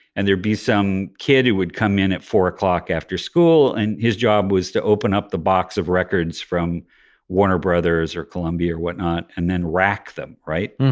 and there'd be some kid who would come in at four o'clock after school, and his job was to open up the box of records from warner brothers or columbia or whatnot and then rack them, right?